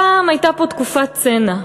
פעם הייתה פה תקופת צנע,